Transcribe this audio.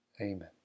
Amen